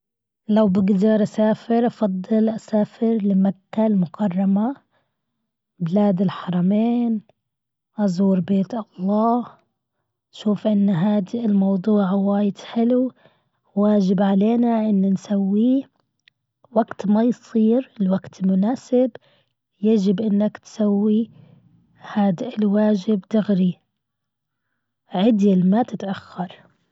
لو بقدر أسافر أفضل أسافر لمكة المكرمة بلاد الحرمين. أزور بيت الله اشوف أن هاد الموضوع وايد حلو. واجب علينا أن نسويه. وقت ما يصير الوقت المناسب يجب أنك تسوي هاد الواجب دوغري. عدل ما تتأخر.